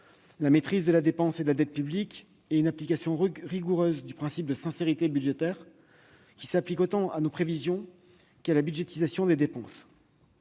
la maîtrise de la dépense et de la dette publiques et une application rigoureuse du principe de sincérité budgétaire, qui s'applique autant à nos prévisions qu'à la budgétisation des dépenses.